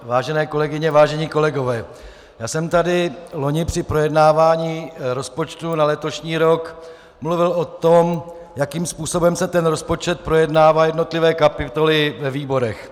Vážené kolegyně, vážení kolegové, já jsem tady loni při projednávání rozpočtu na letošní rok mluvil o tom, jakým způsobem se rozpočet projednává, jednotlivé kapitoly ve výborech.